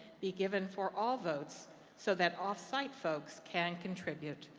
be given for all votes so that off-site folks can contribute.